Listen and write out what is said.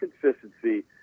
consistency